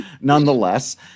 nonetheless